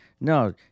No